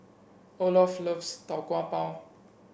Olof loves Tau Kwa Pau